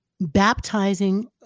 Baptizing